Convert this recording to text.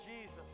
Jesus